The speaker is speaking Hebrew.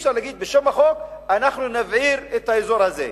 ואי-אפשר להגיד: בשם החוק אנחנו נבעיר את האזור הזה,